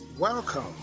Welcome